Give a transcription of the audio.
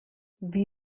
wie